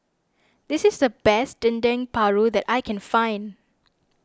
this is the best Dendeng Paru that I can find